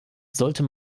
sollte